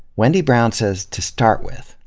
wendy brown says, to start with,